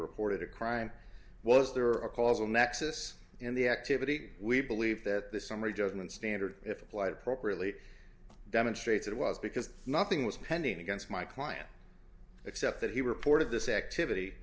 reported a crime was there or a causal nexus in the activity we believe that this summary judgment standard if applied appropriately demonstrates it was because nothing was pending against my client except that he reported this activity